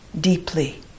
deeply